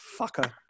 fucker